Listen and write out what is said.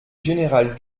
général